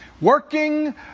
working